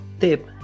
tip